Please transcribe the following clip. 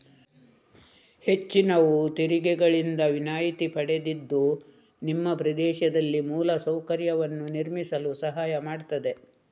ಹೆಚ್ಚಿನವು ತೆರಿಗೆಗಳಿಂದ ವಿನಾಯಿತಿ ಪಡೆದಿದ್ದು ನಿಮ್ಮ ಪ್ರದೇಶದಲ್ಲಿ ಮೂಲ ಸೌಕರ್ಯವನ್ನು ನಿರ್ಮಿಸಲು ಸಹಾಯ ಮಾಡ್ತದೆ